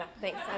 Thanks